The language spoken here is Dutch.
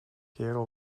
kerel